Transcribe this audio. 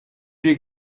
you